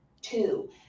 two